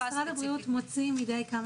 משד הבריאות כל כמה